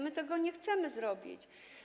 My tego nie chcemy robić.